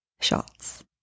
shots